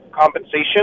compensation